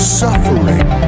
suffering